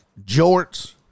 jorts